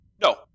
no